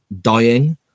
dying